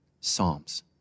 Psalms